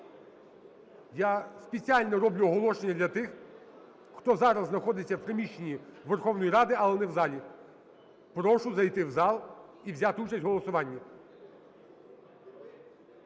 я спеціально роблю оголошення для тих, хто зараз знаходиться в приміщенні Верховна Рада, але не в залі. Прошу зайти в зал і взяти участь в голосуванні.